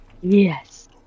Yes